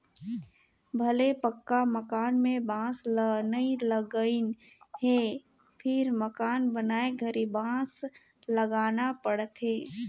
भले पक्का मकान में बांस ल नई लगईंन हे फिर मकान बनाए घरी बांस लगाना पड़थे